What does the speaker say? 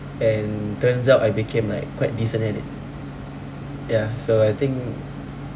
and turns out I became like quite decent at it ya so I think